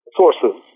sources